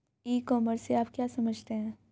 ई commerce से आप क्या समझते हैं?